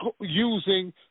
using